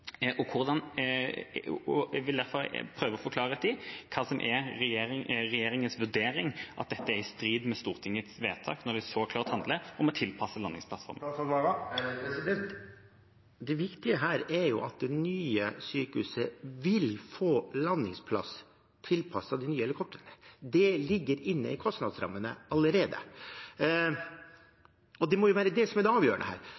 Jeg vil derfor prøve å få klarhet i hva som er regjeringens vurdering, at dette er i strid med Stortingets vedtak når det så klart handler om å tilpasse landingsplattform. Det viktige her er jo at det nye sykehuset vil få landingsplass tilpasset de nye helikoptrene. Det ligger inne i kostnadsrammene allerede. Og det må jo være det som er det avgjørende her.